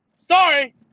Sorry